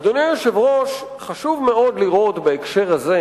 אדוני היושב-ראש, חשוב מאוד לראות בהקשר הזה